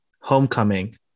Homecoming